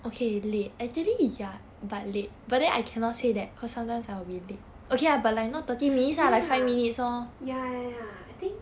ya ya ya ya I think